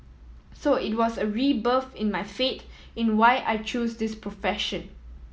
so it was a rebirth in my faith in why I chose this profession